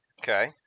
Okay